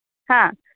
हा